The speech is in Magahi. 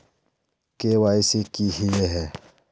के.वाई.सी की हिये है?